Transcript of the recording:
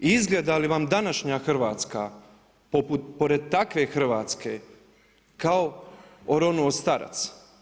I izgleda li vam današnja Hrvatska poput pored takve Hrvatske kao oronuo starac?